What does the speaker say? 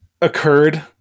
occurred